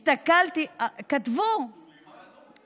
כתבו, מה כתבו, סלימאן?